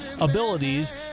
abilities